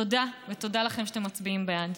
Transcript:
תודה, ותודה לכם שאתם מצביעים בעד.